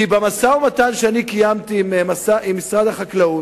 כי במשא-ומתן שאני קיימתי עם משרד החקלאות,